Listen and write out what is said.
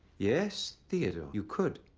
yes, theodore, you could,